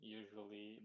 usually